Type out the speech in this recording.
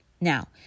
Now